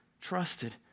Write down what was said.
trusted